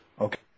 Okay